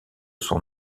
son